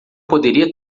poderia